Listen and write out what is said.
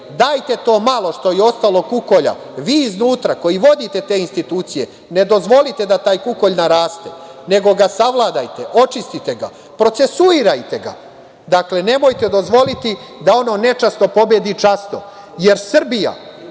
Dajte to malo što je ostalo kukolja, vi iznutra koji vodite te institucije, ne dozvolite da taj kukolj naraste, nego ga savladajte, očistite ga, procesuirajte ga. Dakle, nemojte dozvoliti da ono nečasno pobedi časno, jer Srbija